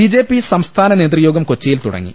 B J P സംസ്ഥാന നേതൃയോഗം കൊച്ചിയിൽ തുടങ്ങി